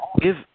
give